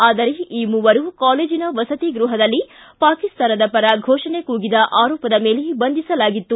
ಆದರೆ ಈ ಮೂವರು ಕಾಲೇಜಿನ ವಸತಿ ಗೃಹದಲ್ಲಿ ಪಾಕಿಸ್ತಾನದ ಪರ ಘೋಷಣೆ ಕೂಗಿದ ಆರೋಪದ ಮೇಲೆ ಬಂಧಿಸಲಾಗಿತ್ತು